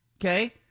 Okay